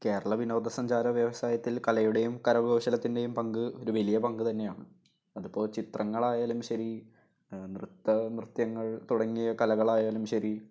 കേരള വിനോദ സഞ്ചാര വ്യവസായത്തിൽ കലയുടെയും കരകൗശലത്തിൻ്റെയും പങ്ക് ഒരു വലിയ പങ്ക് തന്നെയാണ് അതിപ്പോൾ ചിത്രങ്ങളായാലും ശരി നൃത്ത നൃത്യങ്ങൾ തുടങ്ങിയ കലകളായാലും ശരി